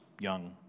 young